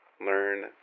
learn